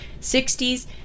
60s